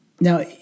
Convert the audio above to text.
now